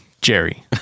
Jerry